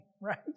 right